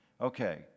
Okay